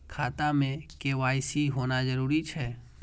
खाता में के.वाई.सी होना जरूरी छै?